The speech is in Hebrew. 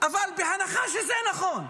אבל בהנחה שזה נכון,